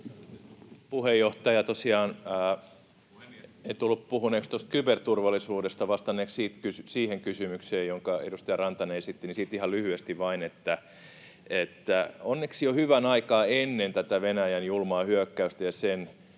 en tullut puhuneeksi tuosta kyberturvallisuudesta enkä vastanneeksi siihen kysymykseen, jonka edustaja Rantanen esitti. Siitä ihan lyhyesti vain, että onneksi jo hyvän aikaa ennen tätä Venäjän julmaa hyökkäystä ja sen